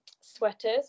sweaters